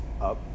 up